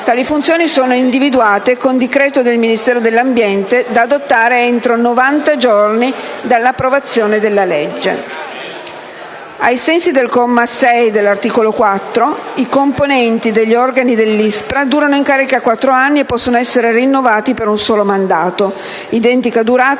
Tali funzioni sono individuate con decreto del Ministero dell'ambiente da adottare entro novanta giorni dall'approvazione della legge. Ai sensi del comma 6 dell'articolo 4, i componenti degli organi dell'ISPRA durano in carica quattro anni e possono essere rinnovati per un solo mandato. Identica durata è prevista